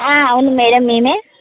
అవును మేడమ్ మేమే